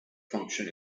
function